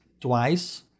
twice